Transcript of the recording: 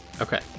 Okay